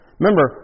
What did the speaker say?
Remember